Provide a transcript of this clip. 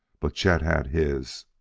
but chet had his.